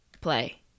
play